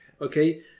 Okay